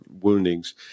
woundings